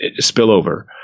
spillover